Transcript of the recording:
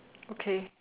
okay